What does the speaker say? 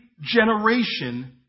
generation